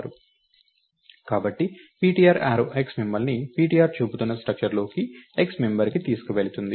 కాబట్టి ptr arrow x మిమ్మల్ని ptr చూపుతున్న స్ట్రక్చర్లోని x మెంబర్కి తీసుకువెళుతుంది మరియు ptr యారో y మిమ్మల్ని ptr చూపుతున్న స్ట్రక్చర్లోని y మెంబర్కి తీసుకెళుతుంది